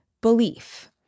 belief